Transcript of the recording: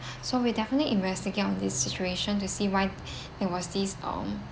so we'll definitely investigate on this situation to see why it was these um